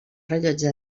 rellotge